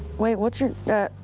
wait, what's your,